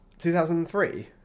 2003